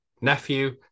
nephew